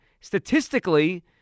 statistically –